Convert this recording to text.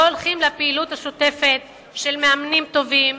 לא הולכים לפעילות השוטפת של מאמנים טובים,